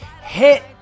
hit